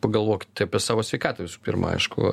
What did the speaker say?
pagalvokite apie savo sveikatą visų pirma aišku